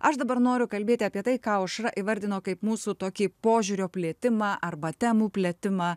aš dabar noriu kalbėti apie tai ką aušra įvardino kaip mūsų tokį požiūrio plėtimą arba temų plėtimą